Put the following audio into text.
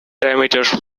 diameter